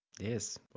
yes